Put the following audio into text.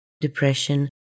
depression